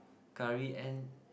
curry and